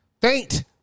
faint